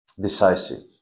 decisive